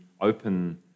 open